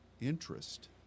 interest